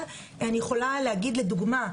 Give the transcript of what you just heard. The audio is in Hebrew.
לדוגמה,